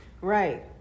Right